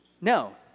No